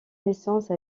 naissance